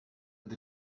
with